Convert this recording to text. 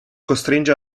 costringe